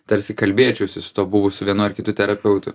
tarsi kalbėčiausi su tuo buvusiu vienu ar kitu terapeutu